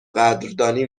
قدردانی